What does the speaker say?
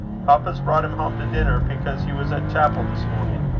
papa's brought him home to dinner, because he was at chapel this morning.